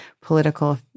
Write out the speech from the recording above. political